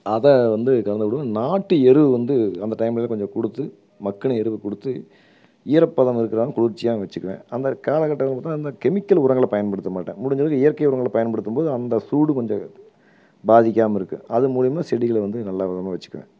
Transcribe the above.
அதை வந்து கலந்துக்கூடும் நாட்டு எருவு வந்து அந்த டைமில் கொஞ்சம் கொடுத்து மக்குன எருவு கொடுத்து ஈரப்பதம் இருக்கறாங்க குளிர்ச்சியாகவும் வச்சிக்குவேன் அந்த காலகட்டத்தில் பார்த்தன்னா இந்த கெமிக்கல் உரங்கள பயன்படுத்த மாட்டேன் முடிஞ்ச அளவுக்கு இயற்கை உரங்களை பயன்படுத்தும்போது அந்த சூடு கொஞ்சம் பாதிக்காம இருக்கும் அது மூலியமா செடிகளை வந்து நல்ல விதமாக வச்சிக்குவேன்